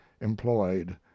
employed